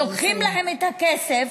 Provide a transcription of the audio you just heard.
לוקחים להם את הכסף,